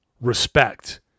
respect